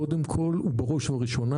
קודם כל בראש ובראשונה.